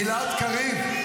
מושחתת --- גלעד קריב.